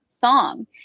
song